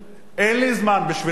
אין לי זמן בשבילכם.